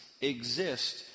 exist